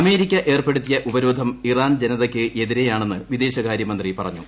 America ഏർപ്പെടുത്തിയ ഉപരോധം Iran ജനതയ്ക്കെതിരെയാണ്ഠെന്ന് വിദേശകാര്യമന്ത്രി പറഞ്ഞു